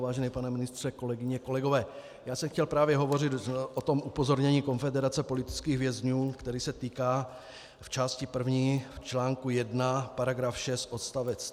Vážený pane ministře, kolegyně, kolegové, já jsem chtěl právě hovořit o tom upozornění Konfederace politických vězňů, které se týká v části první v článku 1 § 6 odst.